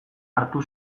hartu